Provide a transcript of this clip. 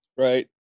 Right